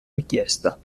richiesta